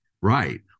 right